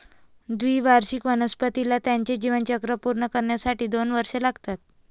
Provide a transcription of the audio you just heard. द्विवार्षिक वनस्पतीला त्याचे जीवनचक्र पूर्ण करण्यासाठी दोन वर्षे लागतात